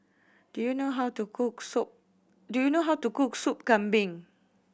do you know how to cook sop do you know how to cook Sop Kambing